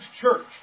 church